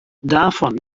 davon